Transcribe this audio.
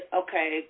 okay